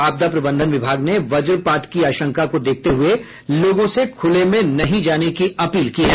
आपदा प्रबंधन विभाग ने वज्रपात की आशंका को देखते हुए लोगों से खुले में नहीं जाने की अपील की है